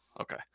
Okay